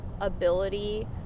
ability